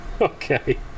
Okay